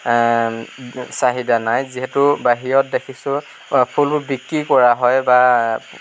চাহিদা নাই যিহেতু বাহিৰত দেখিছোঁ ফুলবোৰ বিক্ৰী কৰা হয় বা